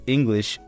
English